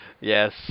Yes